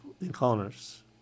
encounters